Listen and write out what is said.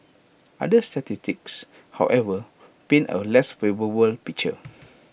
other statistics however paint A less favourable picture